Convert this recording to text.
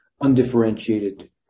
undifferentiated